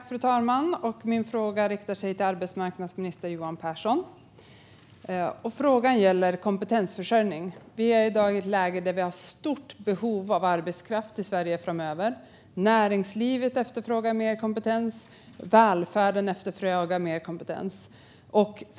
Fru talman! Min fråga riktar sig till arbetsmarknadsminister Johan Pehrson och gäller kompetensförsörjning. Sverige har ett stort behov av arbetskraft framöver, och både näringslivet och välfärden efterfrågar mer kompetens.